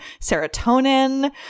serotonin